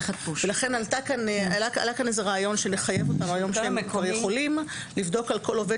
לכן עלה פה רעיון שנחייב אותם שהם יכולים לבדוק על כל עובד